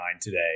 today